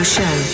Show